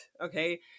okay